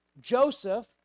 Joseph